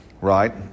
right